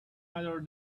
other